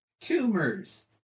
tumors